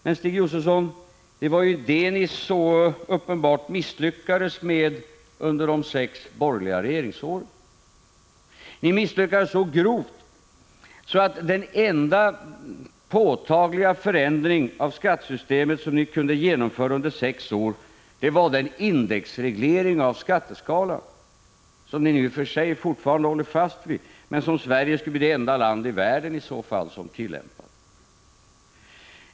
Men, Stig Josefson, det var ju det ni så uppenbart misslyckades med under de sex borgerliga regeringsåren! Ni misslyckades så grovt att den enda påtagliga förändring av skattesystemet som ni kunde genomföra under sex år var den indexreglering av skatteskalan som ni visserligen fortfarande håller fast vid men som Sverige i så fall skulle bli det enda landet i världen att tillämpa.